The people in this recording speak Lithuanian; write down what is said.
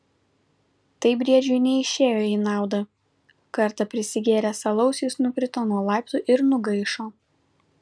tai briedžiui neišėjo į naudą kartą prisigėręs alaus jis nukrito nuo laiptų ir nugaišo